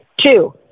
Two